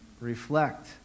Reflect